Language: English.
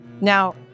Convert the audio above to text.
Now